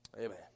amen